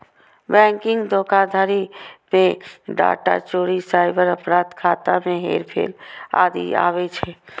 banking धोखाधड़ी मे data चोरी, साइबर अपराध, खाता मे हेरफेर आदि आबै छै